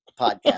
podcast